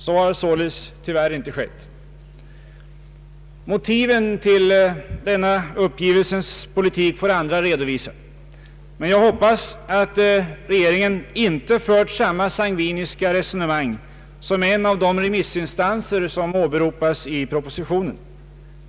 Så har således tyvärr inte skett. Motiven till denna uppgivelsens politik får andra redovisa, men jag hoppas att regeringen inte har fört samma sangviniska resonemang som en av de remissinstanser som har åberopats i propositionen.